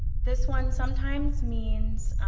this one sometimes means,